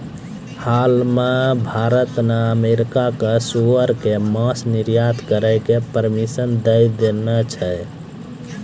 हाल मॅ भारत न अमेरिका कॅ सूअर के मांस निर्यात करै के परमिशन दै देने छै